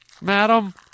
madam